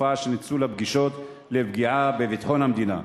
התופעה של ניצול הפגישות לפגיעה בביטחון המדינה,